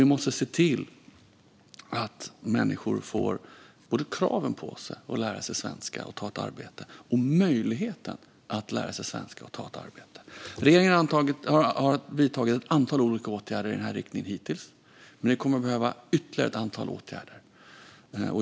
Vi måste också se till att människor får både krav på sig att lära sig svenska och ta ett arbete och möjligheten att lära sig svenska och ta ett arbete. Regeringen har vidtagit ett antal olika åtgärder i den riktningen hittills, men det kommer att behövas ytterligare ett antal åtgärder.